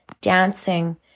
dancing